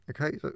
Okay